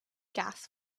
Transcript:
gas